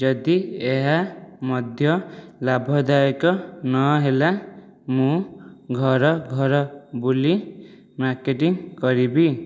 ଯଦି ଏହା ମଧ୍ୟ ଲାଭଦାୟକ ନହେଲା ମୁଁ ଘର ଘର ବୁଲି ମାର୍କେଟିଂ କରିବି